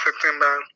September